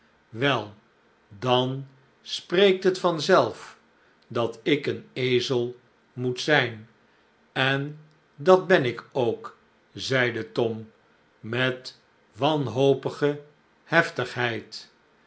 wel dan spreekt het vanzelf dat ik een ezel moet zijn en dat ben ik ook zeide tom met wanhopige hef'tigheid